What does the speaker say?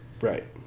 right